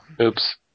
Oops